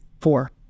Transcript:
four